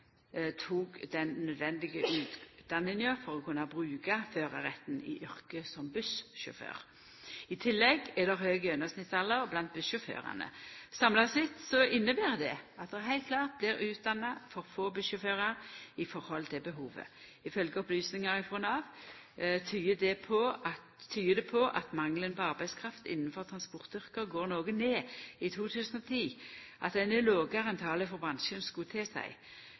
tok den nødvendige utdanninga for å kunna bruka førarretten i yrket som bussjåfør. I tillegg er det høg gjennomsnittsalder blant bussjåførane. Samla sett inneber det at det heilt klart blir utdanna for få bussjåførar i forhold til behovet. Ifølgje opplysningar frå Nav tyder det på at mangelen på arbeidskraft innanfor transportyrket går noko ned i 2010, og at den er lågare enn tala frå bransjen skulle tilseia. Rekruttering til